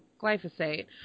glyphosate